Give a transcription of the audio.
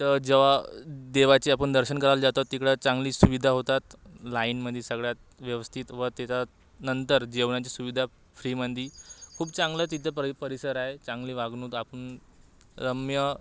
तिथं जेव्हा देवाचे आपण दर्शन करायला जातो तिकडं चांगली सुविधा होतात लाईनमध्ये सगळ्यात व्यवस्थित व त्याच्या नंतर जेवणाची सुविधा फ्रीमध्ये खूप चांगलं तिथं परि परिसर आहे चांगली वागणुक आपण रम्य